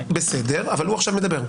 יואב, בסדר, אבל הוא עכשיו מדבר.